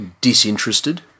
disinterested